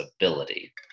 ability